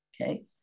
Okay